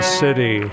city